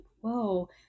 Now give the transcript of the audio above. whoa